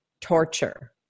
torture